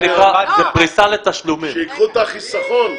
שייקחו את החיסכון.